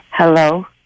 Hello